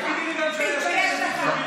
תתבייש לך.